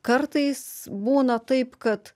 kartais būna taip kad